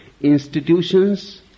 Institutions